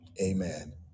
amen